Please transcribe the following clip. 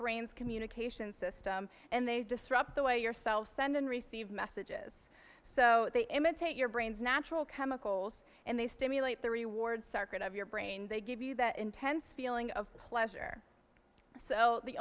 brain's communication system and they disrupt the way yourself send and receive messages so they imitate your brain's natural chemicals and they stimulate the reward circuit of your brain they give you that intense feeling of pleasure so the